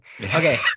Okay